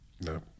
No